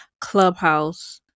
Clubhouse